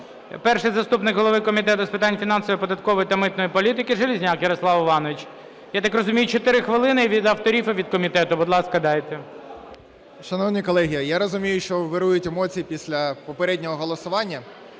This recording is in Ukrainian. перший заступник голови Комітету з питань фінансової, податкової та митної політики Железняк Ярослав Іванович. Я так розумію, 4 хвилини від авторів і від комітету, будь ласка, дайте. 18:26:38 ЖЕЛЕЗНЯК Я.І. Шановні колеги, я розумію, що вирують емоції після попереднього голосування.